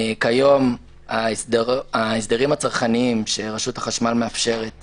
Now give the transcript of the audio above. כיום ההסדרים הצרכניים שרשות החשמל מאפשרת